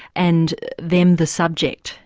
and them the subject,